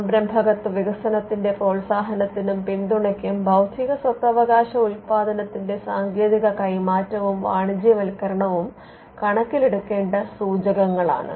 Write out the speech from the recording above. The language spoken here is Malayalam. സംരംഭകത്വ വികസനത്തിന്റെ പ്രോത്സാഹനത്തിനും പിന്തുണയ്ക്കും ബൌദ്ധികസ്വത്തവകാശ ഉത്പാദനത്തിന്റെ സാങ്കേതിക കൈമാറ്റവും വാണിജ്യവൽക്കരണവും കണക്കിലെടുക്കേണ്ട സൂചകങ്ങളാണ്